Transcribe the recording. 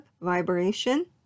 vibration